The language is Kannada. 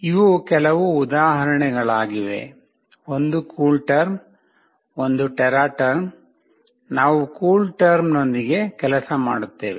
ಇವು ಕೆಲವು ಉದಾಹರಣೆಗಳಾಗಿವೆ ಒಂದು ಕೂಲ್ಟೆರ್ಮ್ ಒಂದು ಟೆರಾಟೆರ್ಮ್ ನಾವು ಕೂಲ್ಟೆರ್ಮ್ನೊಂದಿಗೆ ಕೆಲಸ ಮಾಡುತ್ತೇವೆ